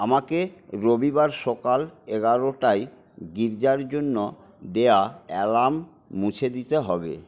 আমাকে রবিবার সকাল এগারোটায় গির্জার জন্য দেওয়া অ্যালার্ম মুছে দিতে হবে